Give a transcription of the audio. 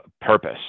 purpose